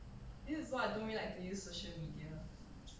this is why I don't really like to use social media